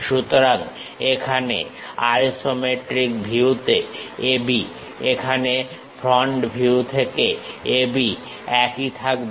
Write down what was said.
সুতরাং এখানে আইসোমেট্রিক ভিউতে A B এখানে ফ্রন্ট ভিউ থেকে A B একই থাকবে